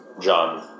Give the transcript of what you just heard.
John